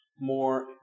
More